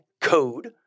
code